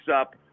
up